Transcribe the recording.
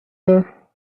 her